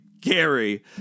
gary